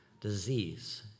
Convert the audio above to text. Disease